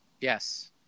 Yes